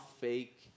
fake